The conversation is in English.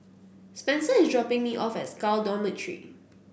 Spencer is dropping me off at SCAL Dormitory